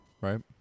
right